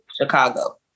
Chicago